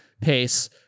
pace